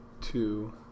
two